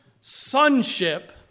sonship